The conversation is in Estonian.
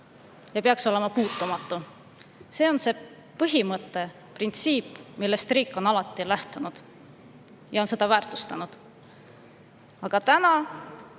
ja peaks olema puutumatu. See on see põhimõte, printsiip, millest riik on alati lähtunud ja mida ta on väärtustanud. Aga selle